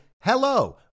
hello